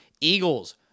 Eagles